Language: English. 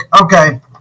okay